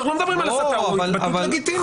זאת התבטאות לגיטימית.